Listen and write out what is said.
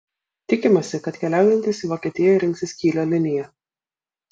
tikimasi kad keliaujantys į vokietiją rinksis kylio liniją